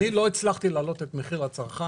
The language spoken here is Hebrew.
אני לא הצלחתי להעלות את מחיר הצרכן,